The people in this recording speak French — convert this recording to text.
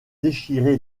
déchiré